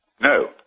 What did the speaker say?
No